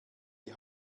die